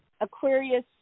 Aquarius